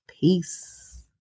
Peace